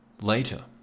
Later